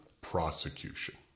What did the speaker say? prosecution